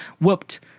whooped